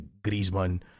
Griezmann